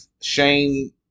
Shane